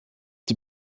die